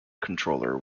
controller